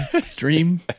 stream